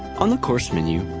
on the course menu,